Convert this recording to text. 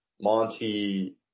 Monty